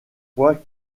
fois